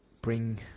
bring